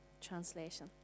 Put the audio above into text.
Translation